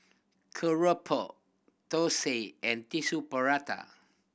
keropok thosai and Tissue Prata